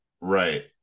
Right